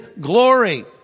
glory